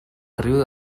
riu